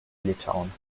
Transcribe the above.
litauen